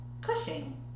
Cushing